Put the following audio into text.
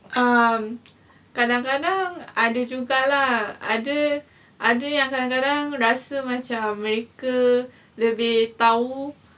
um kadang-kadang ada jugalah ada ada yang kadang-kadang rasa macam mereka lebih tahu